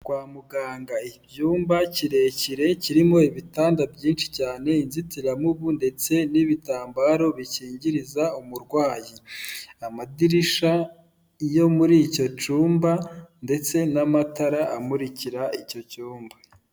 Kwa muganga icyumba kirekire kirimo ibitanda byinshi cyane, inzitiramubu ndetse n'ibitambaro bikingiriza umurwayi, amadirishya yo muri icyo cyumba ndetse n'amatara amurikira icyo cyumba.